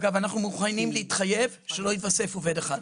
אגב, אנחנו מוכנים להתחייב שלא יתווסף עובד אחד.